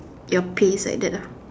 you're pay is like that lah